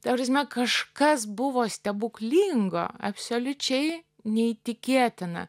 ta prasme kažkas buvo stebuklingo absoliučiai neįtikėtina